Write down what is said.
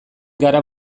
gara